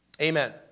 Amen